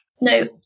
No